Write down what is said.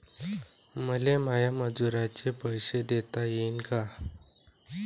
मले माया मजुराचे पैसे देता येईन का?